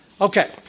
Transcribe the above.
Okay